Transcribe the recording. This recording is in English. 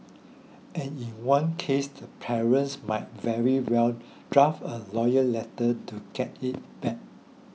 and in one case the parents might very well draft a lawyers letter to get it back